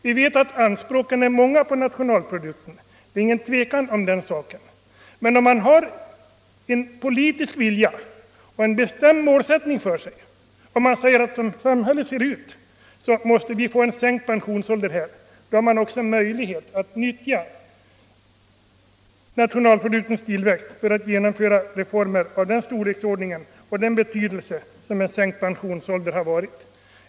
Vi vet att anspråken på nationalprodukten är många, men om man har en politisk vilja och en bestämd målsättning att, med hänsyn till hur vårt samhälle ser ut, genomföra en sänkt pensionsålder, är man också villig att utnyttja nationalproduktens tillväxt för att genomföra en reform av denna storleksordning och betydelse.